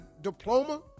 diploma